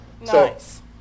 Nice